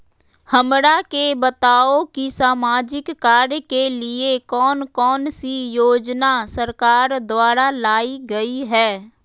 हमरा के बताओ कि सामाजिक कार्य के लिए कौन कौन सी योजना सरकार द्वारा लाई गई है?